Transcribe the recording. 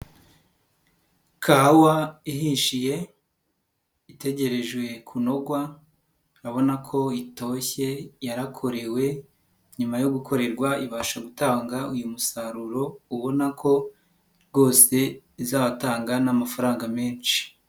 Kawa ihishuye itegerejwe kunogwa, urabona ko itoshye yarakorewe nyuma yo gukorerwa ibasha gutanga uyu musaruro, ubona ko rwose izatanga n'amafaranga menshi.